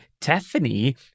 Tiffany